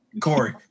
Corey